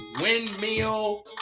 windmill